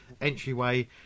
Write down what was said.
entryway